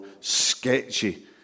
sketchy